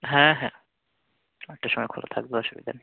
হ্যাঁ হ্যাঁ আটটার সময় খোলা থাকবে অসুবিধা নেই